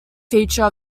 feature